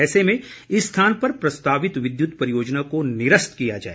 ऐसे में इस स्थान पर प्रस्तावित विद्युत परियोजना को निरस्त किया जाए